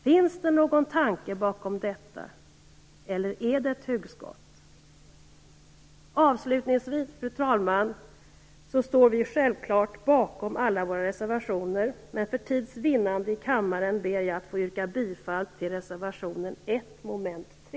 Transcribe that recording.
Finns det någon tanke bakom detta, eller är det ett hugskott? Fru talman! Avslutningsvis står vi självklart bakom alla våra reservationer, men för tids vinnande i kammaren yrkar jag bifall till reservationen 1 under mom. 3.